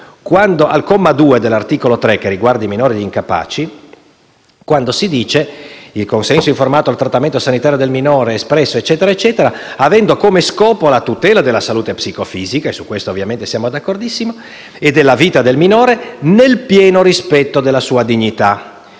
Al comma 2 dell'articolo 3, che riguarda i minori e incapaci, si dice che il consenso informato al trattamento sanitario del minore è espresso avendo come scopo la tutela della salute psicofisica (su cui ovviamente siamo d'accordissimo) e della vita del minore nel pieno rispetto della sua dignità.